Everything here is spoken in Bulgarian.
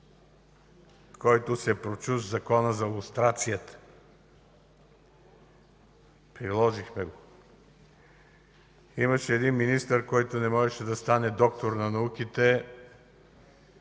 който се прочу със Закона за лустрацията. Приложихме го. Имаше един министър, който не можеше да стане доктор на науките.